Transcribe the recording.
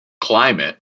climate